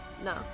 No